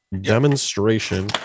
demonstration